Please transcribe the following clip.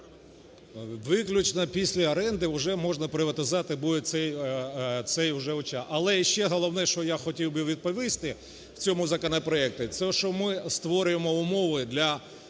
Виключно після оренди вже можна приватизовувати можна буде цей участок. Але ще головне, що я хотів би відповісти в цьому законопроекті, те, що ми створюємо умови для